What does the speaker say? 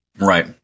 Right